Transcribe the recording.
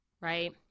right